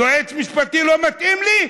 יועץ משפטי לא מתאים לי?